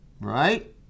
right